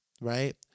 Right